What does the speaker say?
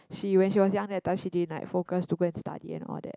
she when she was young that time she didn't like focus to go and study and all that